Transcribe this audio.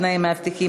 תנאי המאבטחים),